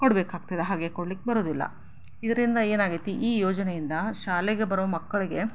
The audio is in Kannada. ಕೊಡ್ಬೇಕಾಗ್ತದೆ ಹಾಗೆ ಕೊಡ್ಲಿಕೆ ಬರೋದಿಲ್ಲ ಇದರಿಂದ ಏನಾಗೈತೆ ಈ ಯೋಜನೆಯಿಂದ ಶಾಲೆಗೆ ಬರೋ ಮಕ್ಕಳಿಗೆ